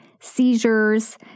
seizures